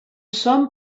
some